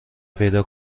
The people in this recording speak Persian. پیدا